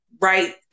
right